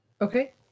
Okay